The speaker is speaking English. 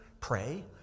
Pray